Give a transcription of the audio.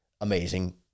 amazing